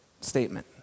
statement